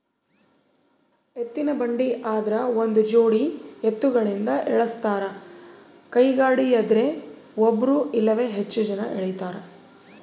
ಎತ್ತಿನಬಂಡಿ ಆದ್ರ ಒಂದುಜೋಡಿ ಎತ್ತುಗಳಿಂದ ಎಳಸ್ತಾರ ಕೈಗಾಡಿಯದ್ರೆ ಒಬ್ರು ಇಲ್ಲವೇ ಹೆಚ್ಚು ಜನ ಎಳೀತಾರ